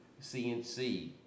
CNC